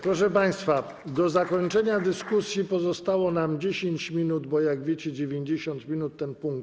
Proszę państwa, do zakończenia dyskusji pozostało nam 10 minut, bo jak wiecie, 90 minut trwa ten punkt.